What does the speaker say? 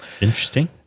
Interesting